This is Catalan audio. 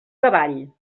cavall